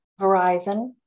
verizon